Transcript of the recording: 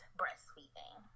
breastfeeding